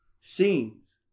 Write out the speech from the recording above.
scenes